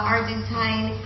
Argentine